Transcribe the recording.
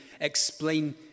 explain